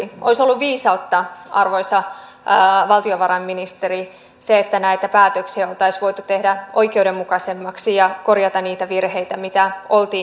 olisi ollut viisautta arvoisa valtiovarainministeri se että näitä päätöksiä oltaisiin voitu tehdä oikeudenmukaisemmaksi ja korjata niitä virheitä mitä oltiin jo tehty